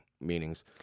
meanings